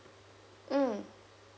mm